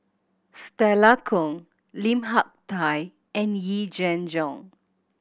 Stella Kon Lim Hak Tai and Yee Jenn Jong